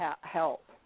help